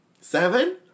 Seven